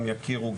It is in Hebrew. גם יכירו,